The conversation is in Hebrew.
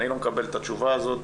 אני לא מקבל את התשובה הזו,